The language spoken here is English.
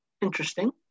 Interesting